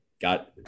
got